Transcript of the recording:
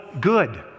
good